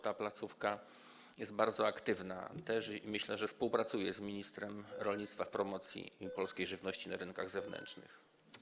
Ta placówka jest bardzo aktywna i myślę, że współpracuje z ministrem rolnictwa przy promocji polskiej żywności na rynkach zewnętrznych.